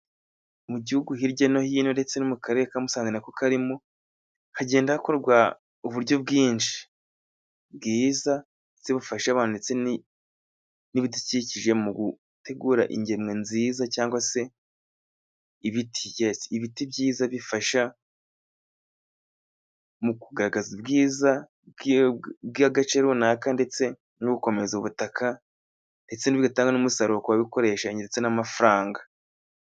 Mu Gihugu hirya no hino ndetse no mu karere ka Musanze nako karimo, hagenda hakorwa uburyo bwinshi bwiza se bufasha abantu detse n'ibidukikije mu gutegura ingemwe nziza, cyangwa se ibiti byiza bifasha mu kugaragaza ubwiza bw'agace runaka ndetse no gukomeza ubutaka, ndetse bigatanga n'umusaruro w'ababikoresha ndetse n'amafaranga.